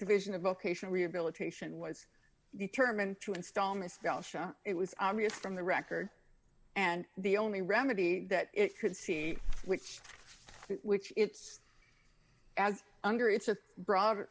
division of vocational rehabilitation was determined to install misspell shock it was obvious from the record and the only remedy that it could see which which it's as under it's a broader